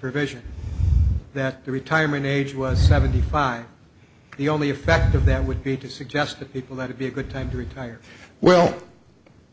provision that the retirement age was seventy five the only effect of that would be to suggest that it let it be a good time to retire well